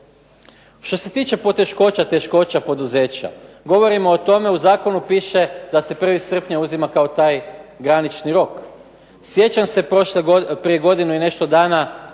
Što se tiče poteškoća, teškoća poduzeća, govorimo o tome u Zakonu piše da se 1. srpnja uzima kao taj granični rok. Sjećam se prije godinu i nešto dana